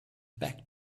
back